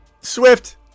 Swift